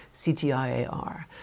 CTIAR